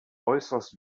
äußerst